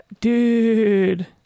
dude